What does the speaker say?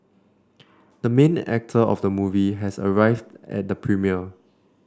the main actor of the movie has arrived at the premiere